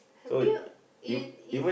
have you you you eat